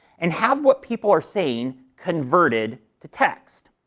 and have what people are saying converted to text.